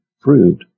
fruit